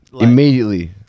immediately